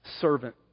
servant